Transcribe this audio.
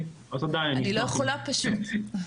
אני לא יכולה פשוט.